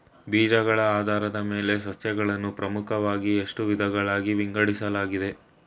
ಬೀಜಗಳ ಆಧಾರದ ಮೇಲೆ ಸಸ್ಯಗಳನ್ನು ಪ್ರಮುಖವಾಗಿ ಎಷ್ಟು ವಿಧಗಳಾಗಿ ವಿಂಗಡಿಸಲಾಗಿದೆ?